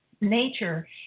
nature